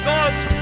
God's